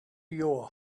your